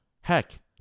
Heck